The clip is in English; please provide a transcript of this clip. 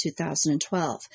2012